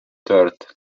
dirt